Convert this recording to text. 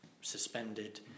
suspended